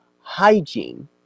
hygiene